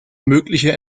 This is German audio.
mögliche